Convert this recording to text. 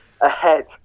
ahead